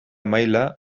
maila